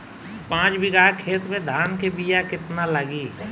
पाँच बिगहा खेत में धान के बिया केतना लागी?